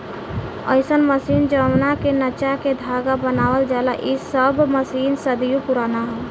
अईसन मशीन जवना के नचा के धागा बनावल जाला इ सब मशीन सदियों पुराना ह